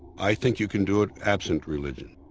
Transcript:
i think you can do it absent religion.